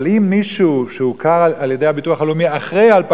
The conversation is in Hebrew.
אבל אם מישהו הוכר על-ידי הביטוח הלאומי אחרי 2003